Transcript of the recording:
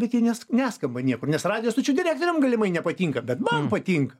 bet jie ne neskamba niekur nes radijo stočių direktoriam galimai nepatinka bet man patinka